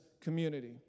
community